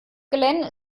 glenn